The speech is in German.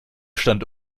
stand